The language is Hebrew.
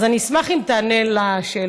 אז אני אשמח אם תענה על השאלות,